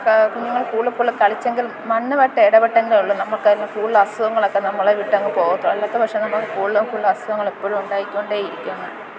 കുഞ്ഞുങ്ങൾ കൂടുതൽക്കൂടുതൽ കളിച്ചെങ്കിൽ മണ്ണുമായിട്ടിടപെട്ടെങ്കിലേ ഉള്ളു നമുക്കത്തിന് കൂടുതലസുഖങ്ങളൊക്കെ നമ്മളെ വിട്ടങ്ങ് പോകത്തുള്ളു അല്ലാത്തെ പക്ഷം നമ്മൾ കൂടുതലും കൂടുതലസുഖങ്ങളെപ്പോഴുമു ണ്ടായിക്കൊണ്ടേ ഇരിക്കുന്നു